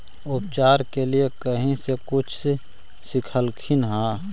उपचार के लीये कहीं से कुछ सिखलखिन हा?